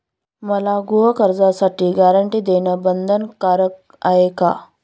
मला गृहकर्जासाठी गॅरंटी देणं बंधनकारक आहे का?